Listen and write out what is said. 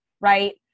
right